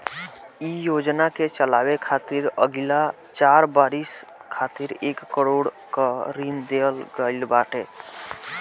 इ योजना के चलावे खातिर अगिला चार बरिस खातिर एक करोड़ कअ ऋण देहल गईल बाटे